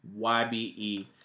YBE